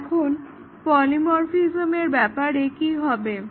এখন পলিমরফিজম্ এর ব্যাপারে কি হবে